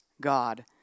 God